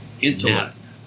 Intellect